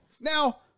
Now